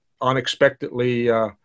unexpectedly